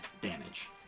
damage